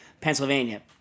Pennsylvania